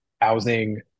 housing